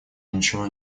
ничего